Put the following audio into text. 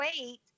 wait